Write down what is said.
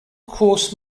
course